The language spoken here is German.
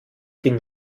dem